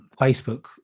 Facebook